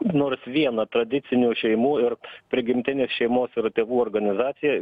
nors vieną tradicinių šeimų ir prigimtinės šeimos ir tėvų organizaciją